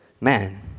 man